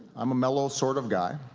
i'm a mellow sort of guy.